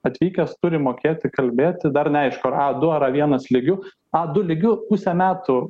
atvykęs turi mokėti kalbėti dar neaišku ar a du ar a vienas lygiu adu lygiu pusę metų